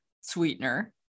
sweetener